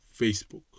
Facebook